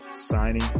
signing